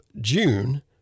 June